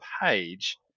page